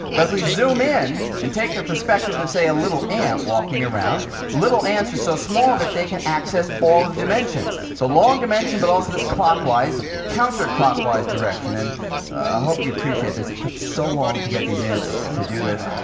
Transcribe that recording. but if we zoom in and take the perspective of, say, a little ant walking around little ants are so small that they can access all of the dimensions the long dimension, but also this clockwise, counter-clockwise direction. and i hope you appreciate this. it took so long to get these ants to do this.